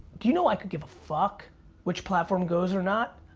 do you know, i could give a fuck which platform goes or not?